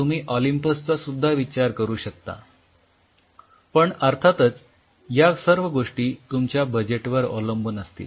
तुम्ही ऑलिम्पस चा सुद्धा विचार करू शकता पण अर्थातच या सर्व गोष्टी तुमच्या बजेट वर अवलंबून असतील